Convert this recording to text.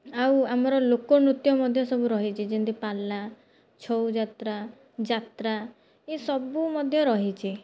ଆଉ ଆମର ଲୋକନୃତ୍ୟ ମଧ୍ୟ ସବୁ ରହିଛି ଯେମିତି ପାଲା ଛଉ ଯାତ୍ରା ଯାତ୍ରା ଏସବୁ ମଧ୍ୟ ରହିଛି